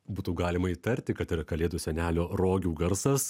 būtų galima įtarti kad yra kalėdų senelio rogių garsas